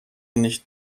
nicht